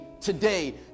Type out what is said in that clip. today